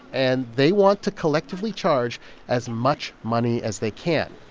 and they want to collectively charge as much money as they can.